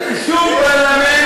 בשום פרלמנט,